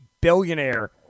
billionaire